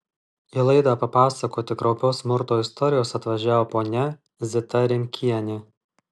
į laidą papasakoti kraupios smurto istorijos atvažiavo ponia zita rimkienė